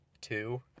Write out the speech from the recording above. two